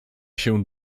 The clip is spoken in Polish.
się